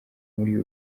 muri